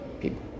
people